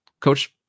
Coach